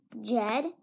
Jed